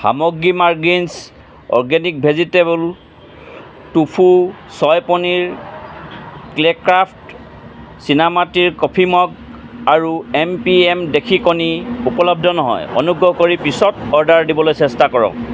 সামগ্ৰী Margins organic vegetable tofu soy paneer clay craft চীনামাটিৰ coffee mug আৰু এম পি এম দেশী কণী উপলব্ধ নহয় অনুগ্ৰহ কৰি পিছত অৰ্ডাৰ দিবলৈ চেষ্টা কৰক